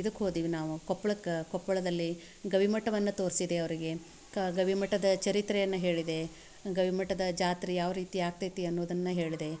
ಇದಕ್ಕೆ ಹೋದ್ವಿ ನಾವು ಕೊಪ್ಳಕ್ಕೆ ಕೊಪ್ಪಳದಲ್ಲಿ ಗವಿಮಠವನ್ನು ತೋರಿಸಿದೆ ಅವರಿಗೆ ಕಾ ಗವಿಮಠದ ಚರಿತ್ರೆಯನ್ನು ಹೇಳಿದೆ ಗವಿಮಠದ ಜಾತ್ರೆ ಯಾವ ರೀತಿ ಆಗ್ತೈತಿ ಅನ್ನೋದನ್ನು ಹೇಳಿದೆ